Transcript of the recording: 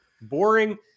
boring